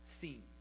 seen